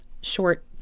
short